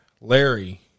Larry